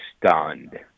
stunned